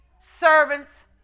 servants